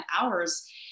hours